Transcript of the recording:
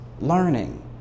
learning